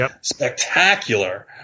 spectacular